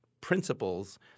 principles